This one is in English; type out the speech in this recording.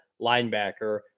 linebacker